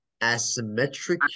asymmetric